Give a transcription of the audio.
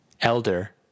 Elder